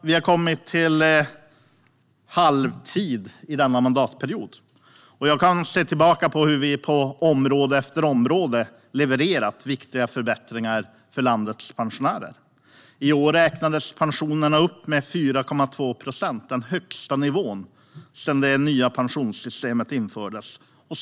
Vi har kommit till halvtid i denna mandatperiod, och jag kan se tillbaka på hur vi på område efter område har levererat viktiga förbättringar för landets pensionärer. I år räknades pensionerna upp med 4,2 procent - den högsta nivån sedan det nya pensionssystemet infördes.